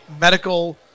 medical